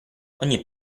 ogni